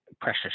precious